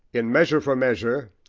in measure for measure,